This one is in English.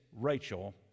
Rachel